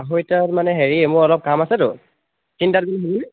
আঢ়ৈটাত মানে হেৰি মোৰ অলপ কাম আছেতো তিনিটাত গ'লে হ'বনে